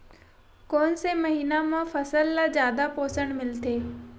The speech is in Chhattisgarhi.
कोन से महीना म फसल ल जादा पोषण मिलथे?